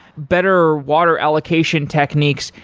better water allocation techniques?